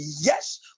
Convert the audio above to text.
yes